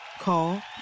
Call